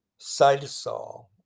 cytosol